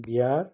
Bihar